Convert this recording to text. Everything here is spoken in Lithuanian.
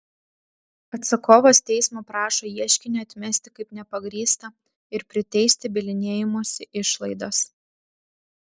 atsakovas teismo prašo ieškinį atmesti kaip nepagrįstą ir priteisti bylinėjimosi išlaidas